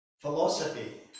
Philosophy